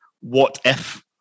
what-if